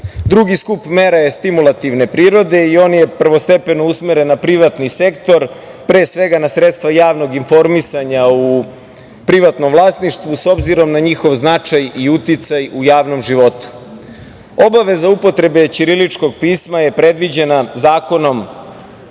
pisma. Drugi skup mera je stimulativne prirode i on je prvostepeno usmeren na privatni sektor, pre svega na sredstva javnog informisanja u privatnom vlasništvu, s obzirom na njihov značaj i uticaj u javnom životu. Obaveza upotrebe ćiriličkog pisma je predviđena Zakonom